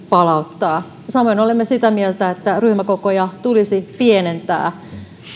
palauttaa samoin olemme sitä mieltä että ryhmäkokoja tulisi pienentää